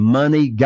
money